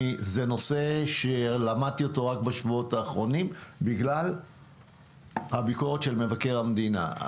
זה נושא שלמדתי אותו רק בשבועות האחרונים בגלל הביקורת של מבקר המדינה.